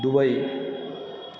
Dubai